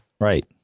Right